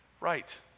right